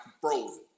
frozen